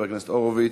חבר הכנסת הורוביץ,